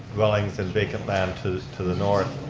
dwellings and vacant land to to the north.